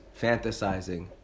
fantasizing